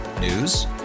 News